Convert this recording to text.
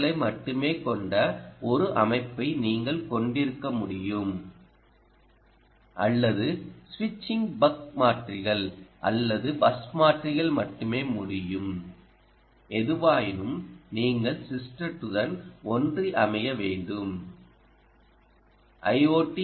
ஓக்களை மட்டுமே கொண்ட ஒரு அமைப்பை நீங்கள் கொண்டிருக்க முடியும் அல்லது சுவிட்சிங் பக் மாற்றிகள் அல்லது பஸ் மாற்றிகள் மட்டுமே முடியும் எதுவாயினும் நீங்கள் சிஸ்டத்துடன் ஒன்றியமைய வேண்டும் ஐ